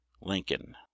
Lincoln